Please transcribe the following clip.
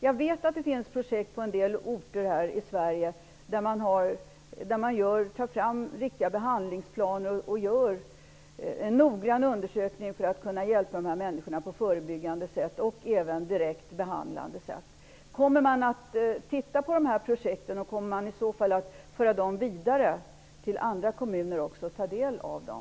Jag vet det finns projekt på en del orter i Sverige där man tar fram riktiga behandlingsplaner och gör noggranna undersökningar för att kunna hjälp dessa människor på ett förebyggande och även direkt behandlande sätt. Kommer någon att titta närmare på dessa projekt, och kommer projekten att föras vidare, så att andra kommuner också får ta del av dem?